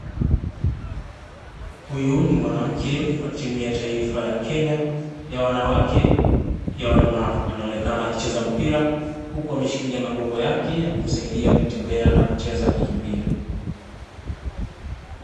Huyu ni mwanamke wa timu ya taifa ya Kenya ya wanawake ya walemavu. Anaonekana akicheza mpira, huku ameshikilia magongo yake ya kumsaidia kutembea na kucheza akikimbia.